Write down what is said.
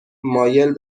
مایل